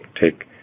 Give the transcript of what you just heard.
take